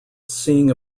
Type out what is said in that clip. seeing